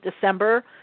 December